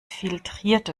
filtriert